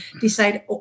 decide